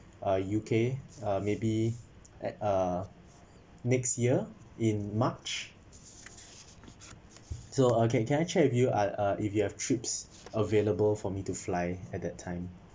uh U_K uh maybe at uh next year in march so okay can I check with you uh uh if you have trips available for me to fly at that time